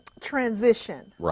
transition